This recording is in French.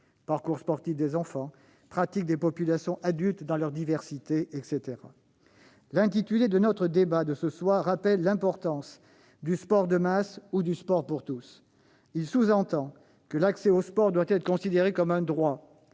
parcours sportif des enfants, pratique des populations adultes dans leur diversité, etc. L'intitulé de notre débat de ce soir rappelle l'importance du sport de masse ou du sport pour tous. Il sous-entend que l'accès au sport doit être considéré comme un droit,